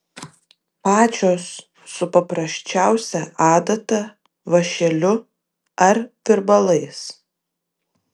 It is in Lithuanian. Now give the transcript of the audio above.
pačios su paprasčiausia adata vąšeliu ar virbalais